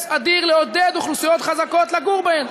אדיר לעודד אוכלוסיות חזקות לגור בהם.